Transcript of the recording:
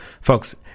Folks